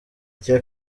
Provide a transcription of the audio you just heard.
icya